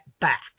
back